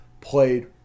played